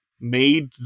made